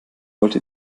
wollte